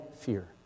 fear